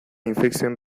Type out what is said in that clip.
infekzioen